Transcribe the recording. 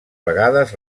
vegades